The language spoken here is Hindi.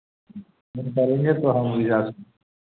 हम करेंगे तो हम